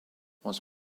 was